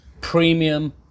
premium